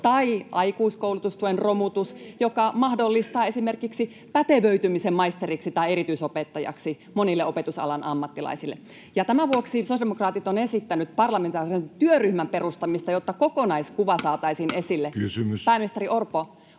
Tai aikuiskoulutustuen romutus, joka mahdollistaa esimerkiksi pätevöitymisen maisteriksi tai erityisopettajaksi monille opetusalan ammattilaisille. Tämän vuoksi sosiaalidemokraatit ovat esittäneet parlamentaarisen työryhmän perustamista, jotta kokonaiskuva